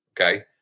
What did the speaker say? Okay